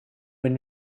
when